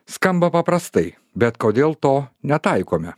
skamba paprastai bet kodėl to netaikome